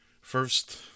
first